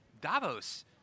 Davos